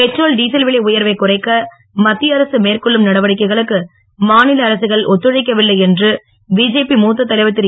petrol diesel விலை உயர்வைக் குறைக்க மத்திய அரசு மேற்கொள்ளும் நடவடிக்கைகளுக்கு மாநில அரசுகள் ஒத்துழைக்கவில்லை என்று பிஜேபி மூத்த தலைவர் திரு